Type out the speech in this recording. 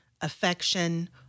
affection